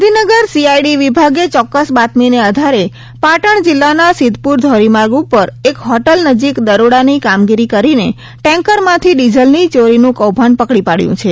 Gandhinagar CID વિભાગે ચોક્કસ બાતમીના આધારે પાટણ જિલ્લાના સિદ્ધપુર ધોરીમાર્ગ ઉપર એક હોટેલ નજીક દરોડાની કામગીરી કરીને ટેન્કરમાંથી ડિઝલની ચોરીનું કૌભાંડ પકડી પાડ્યું છે